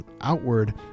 outward